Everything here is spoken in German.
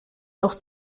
noch